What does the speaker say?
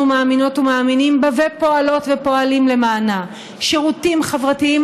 מאמינות ומאמינים בה ופועלות ופועלים למענה: שירותים חברתיים